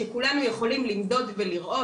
שכולנו יכולים למדוד ולראות,